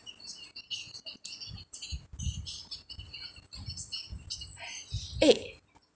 eh